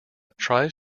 tries